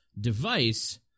device